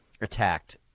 attacked